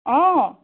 অঁ